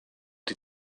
die